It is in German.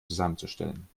zusammenzustellen